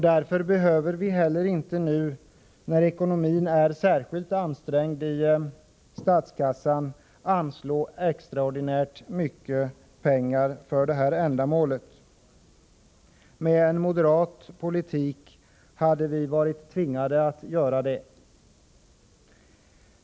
Därför behöver vi inte heller nu — när ekonomin är särskilt ansträngd — anslå extraordinärt mycket pengar för detta ändamål; med moderat politik hade vi varit tvingade att göra det.